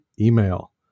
email